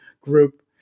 group